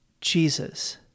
Jesus